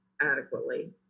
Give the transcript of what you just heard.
adequately